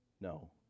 No